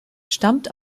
stammt